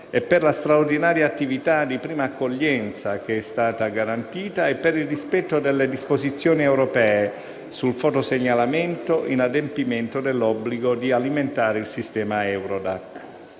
per la straordinaria attività di prima accoglienza che è stata garantita e per il rispetto delle disposizioni europee sul fotosegnalamento, in adempimento dell'obbligo di alimentare il sistema Eurodac.